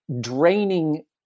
draining